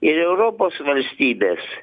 ir europos valstybės